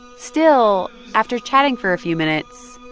still, after chatting for a few minutes,